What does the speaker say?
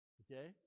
okay